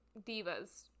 divas